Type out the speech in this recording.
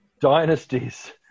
dynasties